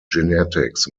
genetics